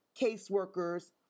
caseworkers